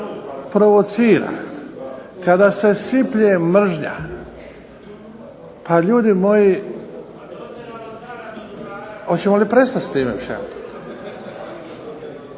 provocira, kada se siplje mržnja. Pa ljudi moji, hoćemo li prestati s time već jedanput.